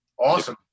Awesome